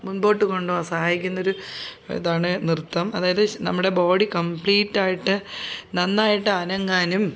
മുൻപോട്ട് കൊണ്ടുപോകാൻ സഹായിക്കുന്ന ഒരു ഇതാണ് നൃത്തം അതായത് നമ്മുടെ ബോഡി കംപ്ലീറ്റായിട്ട് നന്നായിട്ട് അനങ്ങാനും